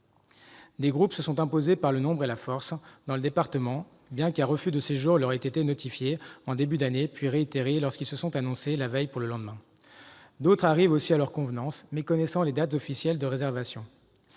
Des groupes se sont imposés dans le département par le nombre et la force, bien qu'un refus de séjour leur ait été notifié en début d'année, puis réitéré lorsqu'ils se sont annoncés la veille pour le lendemain. D'autres arrivent aussi à leur convenance, méconnaissant les dates officielles de réservation.